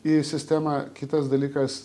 į sistemą kitas dalykas